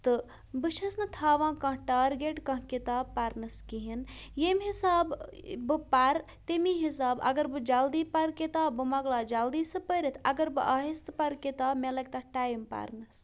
تہٕ بہٕ چھس نہٕ تھاوان کانٛہہ ٹارگیٹ کانٛہہ کِتاب پَرنَس کِہیٖنۍ ییٚمہِ حِساب بہٕ پَرٕ تٔمی حِساب اگر بہٕ جلدی پَرٕ کِتاب بہٕ مۄکلاو جلدی سُہ پٔرِتھ اگر بہٕ آہستہٕ پَرٕ کِتاب مےٚ لَگہِ تَتھ ٹایِم پَرنَس